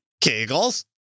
Kegels